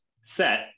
set